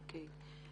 אוקיי.